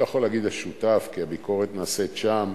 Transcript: ולכן הביקורת היא העוגן שאליו צריך להסתכל